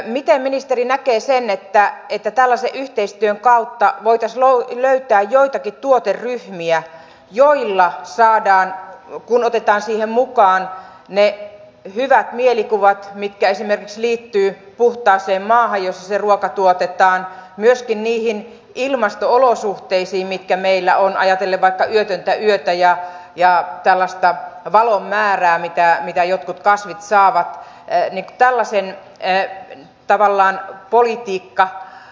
miten ministeri näkee sen että tällaisen yhteistyön kautta voitaisiin löytää joitakin tuoteryhmiä joilla luodaan kun otetaan siihen mukaan ne hyvät mielikuvat mitkä esimerkiksi liittyvät puhtaaseen maahan jossa se ruoka tuotetaan myöskin niihin ilmasto olosuhteisiin mitkä meillä on ajatellen vaikka yötöntä yötä ja valon määrää mitä jotkut kasvit saavat teini tallasin etten tavallaan politiikka